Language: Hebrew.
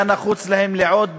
היה נחוץ להם עוד